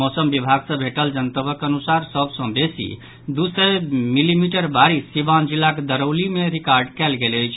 मौसम विभाग सँ भेटल जनतबक अनुसार सभ सँ बेसी दू सय मिलीमीटर बारिश सीवान जिलाक दरौली मे रिकॉर्ड कयल गेल अछि